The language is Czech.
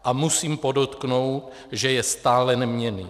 A musím podotknout, že je stále neměnný.